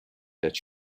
that